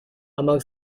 among